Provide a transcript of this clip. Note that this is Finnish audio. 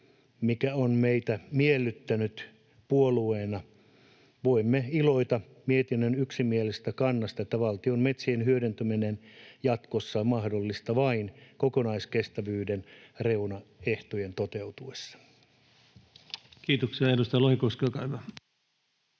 mikä on meitä miellyttänyt puolueena. Voimme iloita mietinnön yksimielisestä kannasta, että valtion metsien hyödyntäminen jatkossa on mahdollista vain kokonaiskestävyyden reunaehtojen toteutuessa. Kiitoksia. — Edustaja Lohikoski, olkaa hyvä.